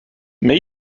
made